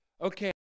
okay